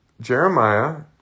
Jeremiah